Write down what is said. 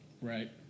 Right